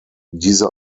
diese